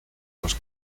los